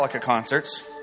concerts